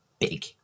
big